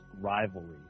rivalry